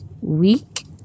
week